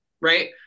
right